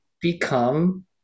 become